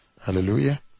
Hallelujah